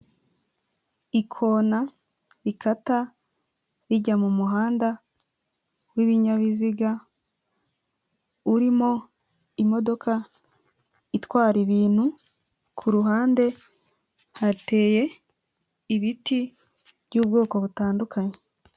Ikona rikata rijya mu muhanda w'ibinyabiziga, urimo imodoka itwara ibintu, ku ruhande hateye ibiti by'ubwoko butandukanye.